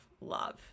love